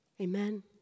Amen